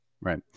Right